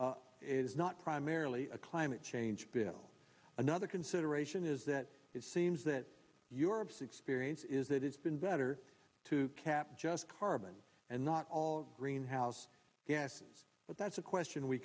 carbon is not primarily a climate change bill another consideration is that it seems that europe's experience is that it's been better to cap just carbon and not all of greenhouse gases but that's a question we